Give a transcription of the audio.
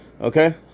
Okay